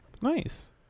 Nice